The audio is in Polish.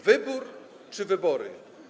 Wybór czy wybory?